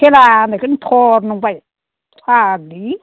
खेला होन्नायखौनो थट नंबाय फाग्लि